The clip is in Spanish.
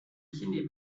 tiene